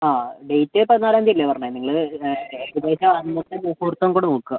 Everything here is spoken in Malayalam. ആ ഡേറ്റ് പതിനാലാം തീയതി അല്ലേ പറഞ്ഞത് നിങ്ങൾ ഏത് ഡേറ്റ് ആണ് അന്നത്തെ മുഹൂർത്തം കൂടി നോക്കുക